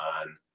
on